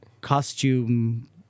costume